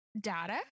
data